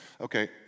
Okay